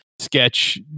sketch